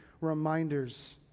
reminders